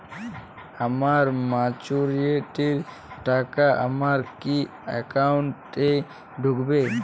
আমার ম্যাচুরিটির টাকা আমার কি অ্যাকাউন্ট এই ঢুকবে?